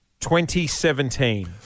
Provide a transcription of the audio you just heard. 2017